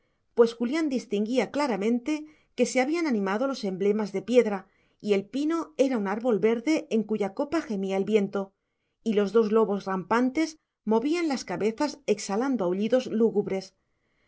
pues julián distinguía claramente que se habían animado los emblemas de piedra y el pino era un árbol verde en cuya copa gemía el viento y los dos lobos rapantes movían las cabezas exhalando aullidos lúgubres